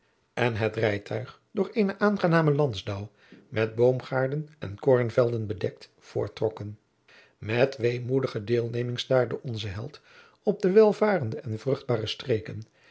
en het rijtuig door eene aangename landsdouw met boomgaarden en koornvelden bedekt voorttrokken met weemoedige deelneming staarde onze held op die welvarende en vruchtbare streken